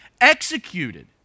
executed